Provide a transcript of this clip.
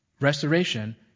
restoration